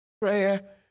prayer